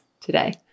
today